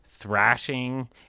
thrashing